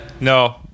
No